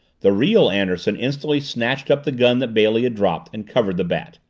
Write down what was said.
the real anderson instantly snatched up the gun that bailey had dropped and covered the bat.